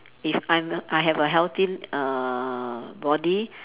if I'm I have a healthy uh body